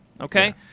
Okay